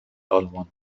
آلمان